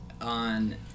on